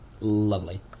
Lovely